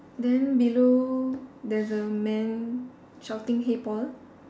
then below there's a man shouting hey Paul